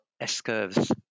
S-curves